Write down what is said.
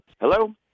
Hello